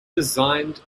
designed